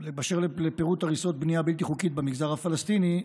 באשר לפירוט הריסות בנייה בלתי חוקית במגזר הפלסטיני,